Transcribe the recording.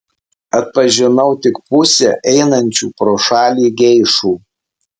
atpažinau tik pusę einančių pro šalį geišų